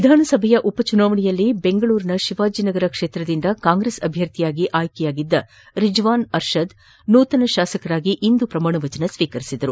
ವಿಧಾನಸಭೆಯ ಉಪಚುನಾವಣೆಯಲ್ಲಿ ಬೆಂಗಳೂರಿನ ಶಿವಾಜಿನಗರ ಕ್ಷೇತ್ರದಿಂದ ಕಾಂಗ್ರೆಸ್ ಅಭ್ಯರ್ಥಿಯಾಗಿ ಆಯ್ಕೆಯಾಗಿದ್ದ ರಿಜ್ವಾನ್ ಅರ್ಷದ್ ನೂತನ ಶಾಸಕರಾಗಿ ಇಂದು ಪ್ರಮಾಣ ವಚನ ಸ್ವೀಕರಿಸಿದರು